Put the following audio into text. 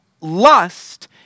lust